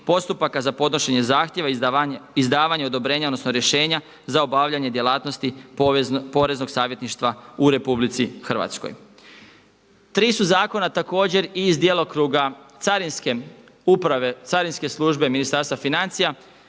postupaka za podnošenje zahtjeva, izdavanje odobrenja, odnosno rješenja za obavljanje djelatnosti poreznog savjetništva u RH. Tri su zakona također i iz djelokruga carinske uprave, carinske službe Ministarstva financija.